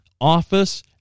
office